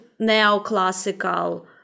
neoclassical